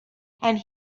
and